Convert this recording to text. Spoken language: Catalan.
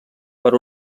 per